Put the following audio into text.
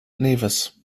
nevis